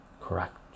correct